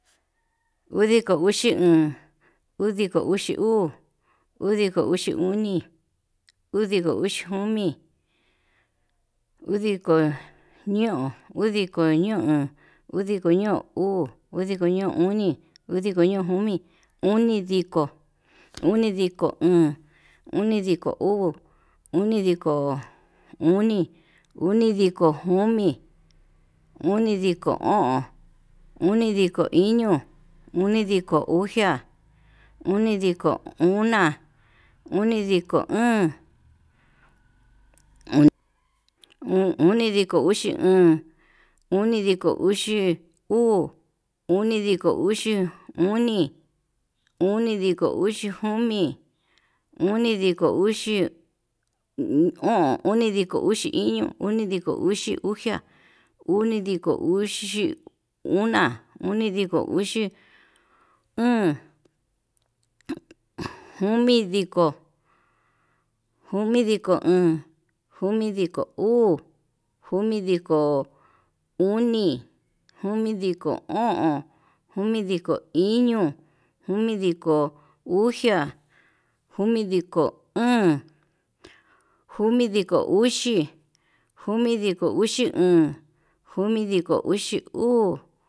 Udiko uxi oon, udiko uxi uu, udiko uxi oni, udiko uxi jomi, udiko ño'on, udiko ño'on uu, udiko ño'on oni, udiko ño'on jomi. unidiko, unidiko, oon, udnidiko uu, unidiko oni, unidiko jomi, unidiko o'on, unidiko iño, unidiko uxea, unidiko una, uniiko óón, unidiko uxi oon, unidiko uxi uu, unidiko uxi oni unidiko uxi jomi, unidiko uxi o'on, unidiko uxi uxia, unidiko uxi ona, unidiko uxi o'on, jomi ndiko, jomi diko oon, jomidiko uu, jumidiko oni, jomidiko, komi, jomidiko o'on, jomidiko uxea komidiko óón, jomidiko uxi, jomidiko uxi oon, jomidiko uxi uu.